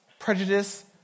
Prejudice